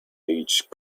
beach